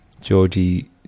Georgie